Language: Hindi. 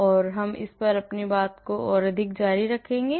इसलिए हम इस पर और अधिक जारी रखेंगे